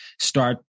start